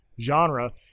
genre